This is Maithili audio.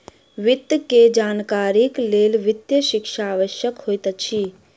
वित्त के जानकारीक लेल वित्तीय शिक्षा आवश्यक होइत अछि